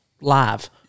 live